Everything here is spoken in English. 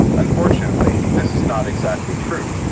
unfortunately this is not exactly true,